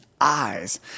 eyes